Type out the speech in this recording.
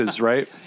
right